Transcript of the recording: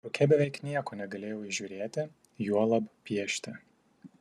rūke beveik nieko negalėjau įžiūrėti juolab piešti